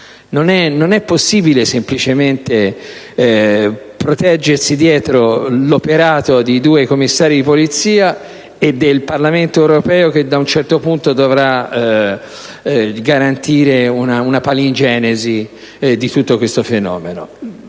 Non è possibile semplicemente proteggersi dietro l'operato di due commissari di Polizia e del Parlamento europeo, che a un certo punto dovrà garantire una palingenesi di tutto questo fenomeno;